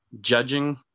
judging